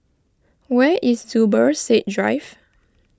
where is Zubir Said Drive